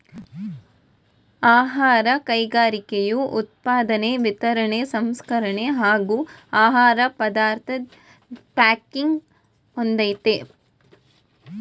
ಆಹಾರ ಕೈಗಾರಿಕೆಯು ಉತ್ಪಾದನೆ ವಿತರಣೆ ಸಂಸ್ಕರಣೆ ಹಾಗೂ ಆಹಾರ ಪದಾರ್ಥದ್ ಪ್ಯಾಕಿಂಗನ್ನು ಹೊಂದಯ್ತೆ